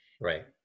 right